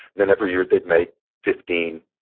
then every year they'd make fifteen,